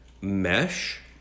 mesh